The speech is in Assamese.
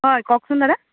হয় কওকচোন দাদা